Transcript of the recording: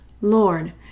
Lord